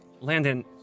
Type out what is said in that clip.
Landon